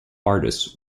artists